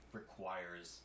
requires